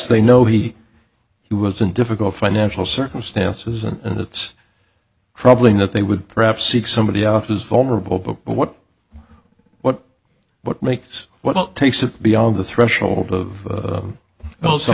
they know he he was in difficult financial circumstances and it's troubling that they would perhaps if somebody who's vulnerable but what what what makes what takes it beyond the threshold of oh